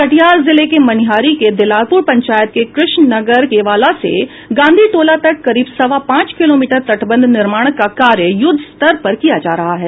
कटिहार जिले के मनिहारी के दिलारपुर पंचायत के कृष्णनगर केवाला से गांधी टोला तक करीब सवा पांच किलोमीटर तटबंध निर्माण का कार्य युद्ध स्तर पर किया जा रहा है